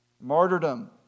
martyrdom